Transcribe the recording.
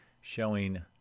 showing